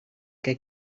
que